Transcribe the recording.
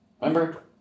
Remember